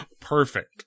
Perfect